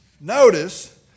Notice